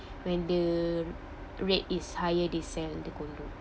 when the rate is higher they sell the condo